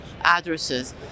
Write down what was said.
addresses